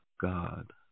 God